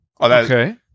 okay